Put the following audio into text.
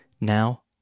Now